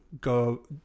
go